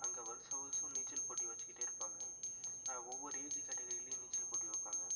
அங்கே வருஷா வருஷம் நீச்சல் போட்டி வச்சுக்கிட்டே இருப்பாங்க ஒவ்வொரு ஏஜ் கேட்டகிரிலேயும் நீச்சல் போட்டி வைப்பாங்க